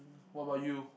what about you